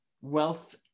wealth